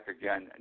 again